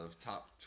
top